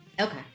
okay